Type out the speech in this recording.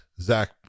Zach